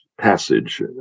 passage